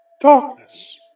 darkness